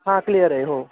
हां क्लिअर आहे हो